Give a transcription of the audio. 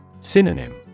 Synonym